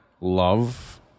love